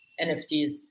NFTs